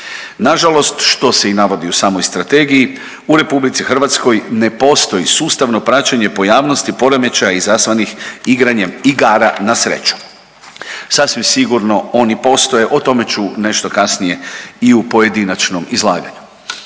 Na žalost što se i navodi u samoj strategiji u Republici Hrvatskoj ne postoji sustavno praćenje pojavnosti poremećaja izazvanih igranjem igara na sreću. Sasvim sigurno oni postoje, o tome ću nešto kasnije i u pojedinačnom izlaganju.